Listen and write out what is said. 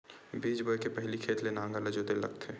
बीज बोय के पहिली खेत ल नांगर से जोतेल लगथे?